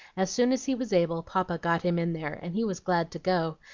as soon as he was able, papa got him in there, and he was glad to go,